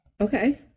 Okay